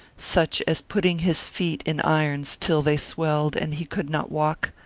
such as putting his feet in irons till they swelled and he could not walk,